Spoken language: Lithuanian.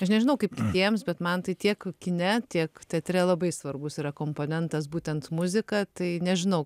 aš nežinau kaip kitiems bet man tai tiek kine tiek teatre labai svarbus yra komponentas būtent muzika tai nežinau